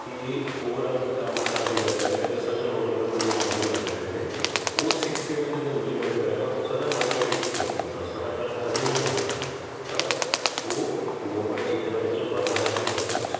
ਕੀ overall ਕੰਮਕਾਰ ਦੀ ਗੱਲ ਕਰ ਰਿਹਾਂ ਕਿ ਦਸਾਂ 'ਚੋਂ ਨੌਂ ਨੰਬਰ ਮੈਨੂੰ ਮੰਨ ਲਓ ਮਿਲਦੇ ਪਏ ਨੇ ਉਹ ਸਿੱਖ ਕੇ ਮੈਂ ਜਦੋਂ ਇੰਪਲੀਮੈਂਟ ਕਰਾਂਗਾ ਹੋ ਸਕਦਾ ਨੌਂ ਪੁਆਇੰਟ ਇੱਕ ਹੋਣ ਦਸ ਬਟਾ ਦਸ ਹਜੇ ਵੀ ਨਾ ਹੋਣ ਪਰ ਉਹ ਨੌਂ ਪੁਆਇੰਟ ਇੱਕ ਦਾ ਮਤਲਬ ਵੱਧ ਰਾ ਹੀ ਹੋਇਆ ਕੁਛ